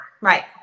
Right